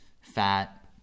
fat